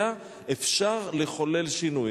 מוטיבציה אפשר לחולל שינוי.